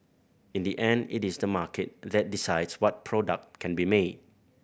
in the end it is the market that decides what product can be made